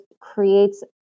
creates